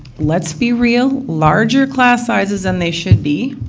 let's be real, larger class sizes than they should be,